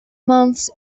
months